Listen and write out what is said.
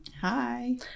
Hi